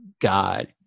God